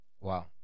Wow